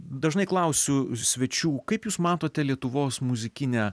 dažnai klausiu svečių kaip jūs matote lietuvos muzikinę